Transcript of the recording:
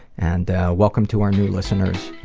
and welcome to our new listeners,